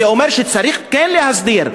זה אומר שצריך כן להסדיר,